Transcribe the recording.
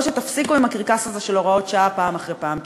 או שתפסיקו עם הקרקס הזה של הוראות שעה פעם אחרי פעם.